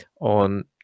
on